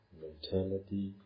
mentality